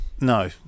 No